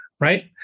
Right